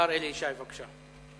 השר אלי ישי, בבקשה.